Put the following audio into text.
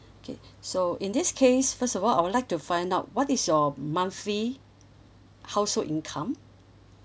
okay so in this case first of all I would like to find out what is your monthly household income